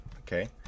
Okay